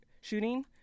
shooting